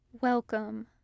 Welcome